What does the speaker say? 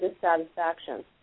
dissatisfaction